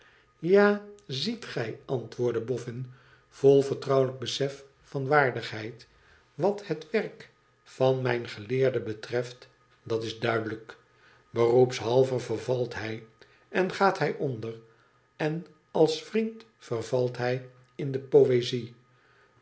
ja ziet gij antwoordde boffin vol vertrouwelijk besef van waardigheid ywat het werk van mijn geleerde betreft dat is duidelijk beroepshalve vervalt hij en gaat hij onder en als vriend vervalt hij in de poëzie